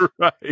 Right